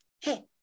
Hey